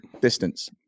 distance